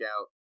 out